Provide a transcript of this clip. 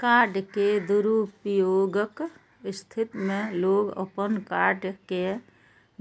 card के दुरुपयोगक स्थिति मे लोग अपन कार्ड कें